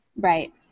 Right